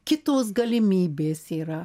kitos galimybės yra